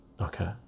okay